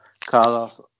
carlos